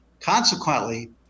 Consequently